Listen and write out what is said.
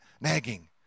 nagging